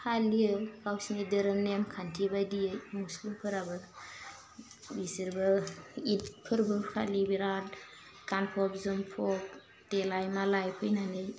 फालियो गावसिनि दोरोम नेमखान्थि बायदियै मुस्लिमफोराबो बिसोरबो इध फोरबो फालियो बिराद गानफब जोमफब देलाइ मालाइ फैनानै